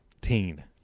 Teen